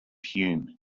hume